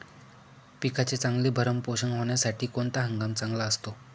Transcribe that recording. पिकाचे चांगले भरण पोषण होण्यासाठी कोणता हंगाम चांगला असतो?